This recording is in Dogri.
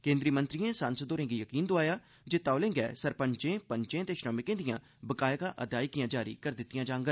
केन्द्री मंत्रियें सांसद होरें'गी यकीन दोआया जे तौले गै सरपंचें पंचें ते श्रमिकें दिआं बकाया अदायगियां जारी करी दित्तिआं जाङन